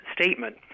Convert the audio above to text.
statement